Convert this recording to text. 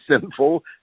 sinful